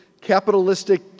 capitalistic